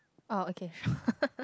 uh okay sure